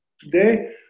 today